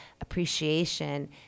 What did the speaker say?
appreciation